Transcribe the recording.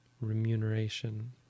remuneration